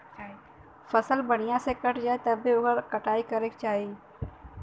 फसल बढ़िया से पक जाये तब्बे ओकर कटाई करे के चाही